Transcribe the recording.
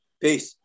Peace